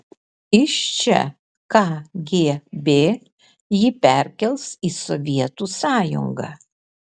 iš čia kgb jį perkels į sovietų sąjungą